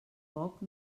foc